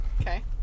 Okay